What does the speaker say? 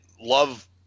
love